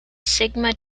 sigma